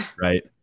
Right